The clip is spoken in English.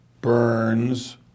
Burns